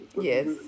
Yes